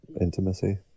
intimacy